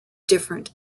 different